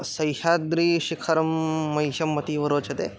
सैह्याद्रीशिखरं मह्यम् अतीव रोचते